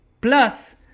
plus